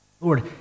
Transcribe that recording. Lord